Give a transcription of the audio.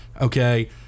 Okay